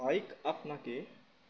bike আপনাকে